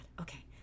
Okay